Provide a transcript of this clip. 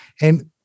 And-